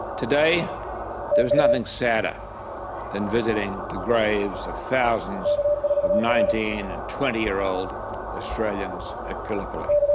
today there is nothing sadder than visiting the graves of thousands of nineteen and twenty year old australians at gallipoli.